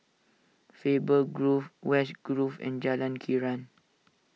Faber Grove West Grove and Jalan Krian